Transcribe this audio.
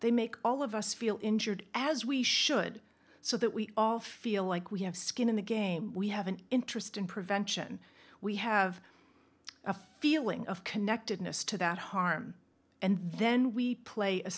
they make all of us feel injured as we should so that we all feel like we have skin in the game we have an interest in prevention we have a feeling of connectedness to that harm and then we play a